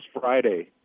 Friday